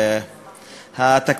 תודה רבה,